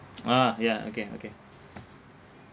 ah ya okay okay